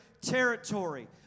territory